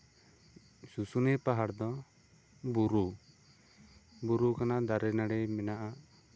ᱥᱩᱥᱩᱱᱤᱭᱟᱹ ᱯᱟᱦᱟᱲ ᱫᱚ ᱵᱩᱨᱩ ᱵᱩᱨᱩ ᱠᱟᱱᱟ ᱫᱟᱨᱮ ᱱᱟᱹᱲᱤ ᱢᱮᱱᱟᱜᱼᱟ